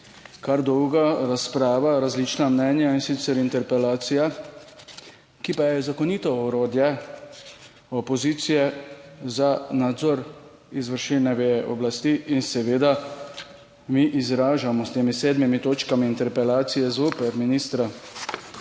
(nadaljevanje) različna mnenja, in sicer interpelacija, ki pa je zakonito orodje opozicije za nadzor izvršilne veje oblasti in seveda mi izražamo s temi sedmimi točkami interpelacije zoper ministra